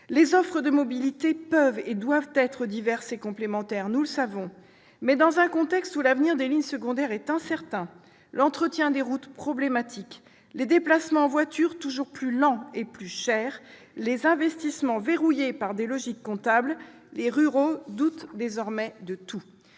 Les offres de mobilité peuvent et doivent être diverses et complémentaires, nous le savons. Mais, dans un contexte où l'avenir des lignes secondaires est incertain, l'entretien des routes problématique, les déplacements en voiture toujours plus lents et plus chers, les investissements verrouillés par des logiques comptables, les ruraux doutent désormais de tout.